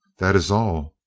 that is all,